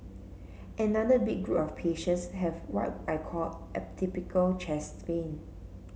another big group of patients have what I call atypical chest pain